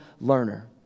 learner